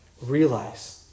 realize